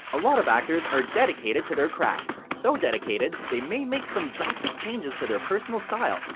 a lot of actors are dedicated to their craft. so dedicated, they may make some drastic changes to their personal style.